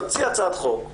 תציע הצעת חוק,